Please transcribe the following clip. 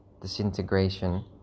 disintegration